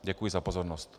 Děkuji za pozornost.